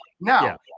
Now